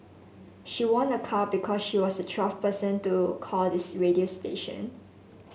she won a car because she was the twelfth person to call this radio station